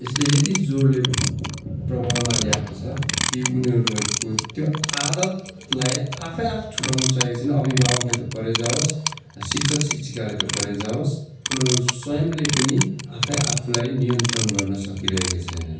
यसले यति जोडले प्रभावमा ल्याएको छ कि उनीहरूले को त्यो आदतलाई आफै आफ छुटाउनु सकेको छैन अभिभावकले त परै जावोस् शिक्षक शिक्षिकाले त परै जावोस् उनीहरू स्वयम्ले पनि आफै आफूलाई नियन्त्रण गर्न सकिरहेको छैन